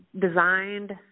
designed